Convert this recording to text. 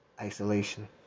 isolation